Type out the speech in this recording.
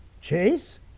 Chase